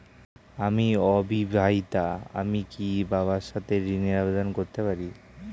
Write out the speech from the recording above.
আমি অবিবাহিতা আমি কি বাবার সাথে ঋণের আবেদন করতে পারি?